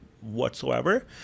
Whatsoever